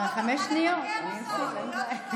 חמש שניות אני אוסיף, אין בעיה.